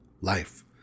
life